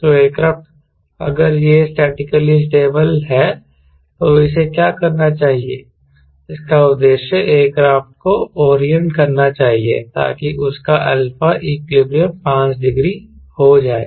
तो एयरक्राफ्ट अगर यह स्टैटिसटिकली स्टेबल है तो इसे क्या करना चाहिए इसका उद्देश्य एयरक्राफ्ट को ओरिएंट करना चाहिए ताकि इसका अल्फा इक्विलिब्रियम 5 डिग्री हो जाए